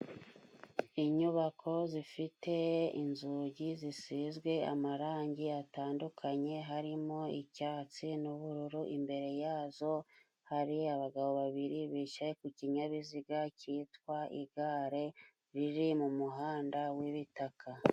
Inyubako zifite inzugi zisizwe amarangi atandukanye, harimo icyatsi n'ubururu, imbere yazo hari abagabo babiri bicaye ku kinyabiziga cyitwa igare, riri mu muhanda w'ibitaka.